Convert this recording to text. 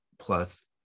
plus